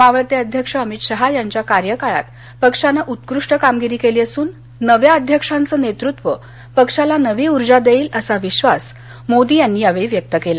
मावळते अध्यक्ष अमित शहा यांच्या कार्यकाळात पक्षानं उत्कृष्ट कामगिरी केली असून नव्या अध्यक्षाचं नेतृत्व पक्षाला नवी उर्जा देईल असा विश्वास मोदी यांनी यावेळी व्यक्त केला